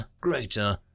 greater